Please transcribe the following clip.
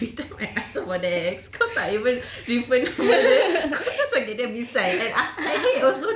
oh I hate that everytime I ask about that ex you tak even refer nama dia kau just panggil dia misai